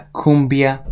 cumbia